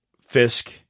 Fisk